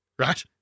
Right